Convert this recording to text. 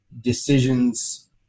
decisions